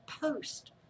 post